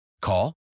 Call